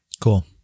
Cool